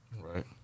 Right